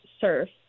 surf